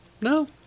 No